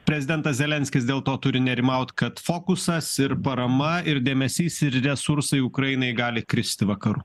prezidentas zelenskis dėl to turi nerimaut kad fokusas ir parama ir dėmesys ir resursai ukrainai gali kristi vakarų